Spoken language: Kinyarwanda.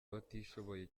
abatishoboye